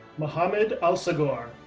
mohammed alsagoor,